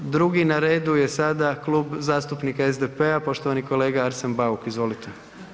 Drugi na redu je sada Klub zastupnika SDP-a, poštovani kolega Arsen Bauk, izvolite.